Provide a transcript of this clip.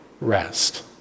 rest